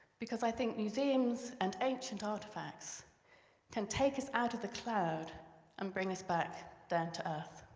because i think museums and ancient artifacts can take us out of the cloud and bring us back down to earth.